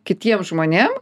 kitiem žmonėm